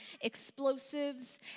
explosives